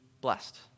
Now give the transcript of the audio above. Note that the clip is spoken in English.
blessed